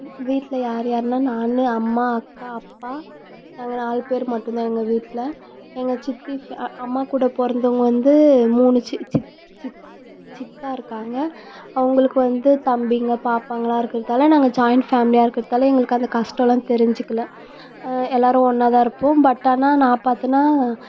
வீட்டில் யார் யாருன்னா நானும் அம்மா அக்கா அப்பா நாங்கள் நாலு பேர் மட்டுந்தான் எங்கள் வீட்டில் எங்கள் சித்தி அம்மாக்கூட பிறந்தவங்க வந்து மூணு சி சி சித் சித்தா இருக்காங்க அவங்களுக்கு வந்து தம்பிங்க பாப்பாங்கள்லாம் இருக்கிறதால நாங்கள் ஜாய்ன் ஃபேமிலியாக இருக்கிறதால எனக்கு அந்த கஷ்டம்லாம் தெரிஞ்சிக்கல எல்லோரும் ஒன்னாகதான் இருப்போம் பட் ஆனால் நான் பார்த்தனா